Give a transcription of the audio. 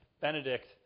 Benedict